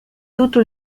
tutto